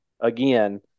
again